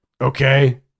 okay